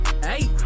Hey